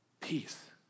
peace